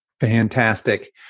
Fantastic